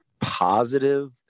positive